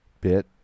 bit